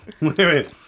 wait